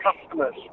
customers